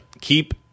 keep